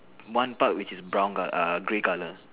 one part which is brown col~ uh grey color